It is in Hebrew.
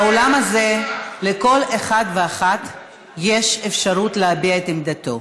באולם הזה לכל אחד ואחת יש אפשרות להביע את עמדתו.